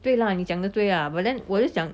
对 lah 你讲的对 lah but then 我就想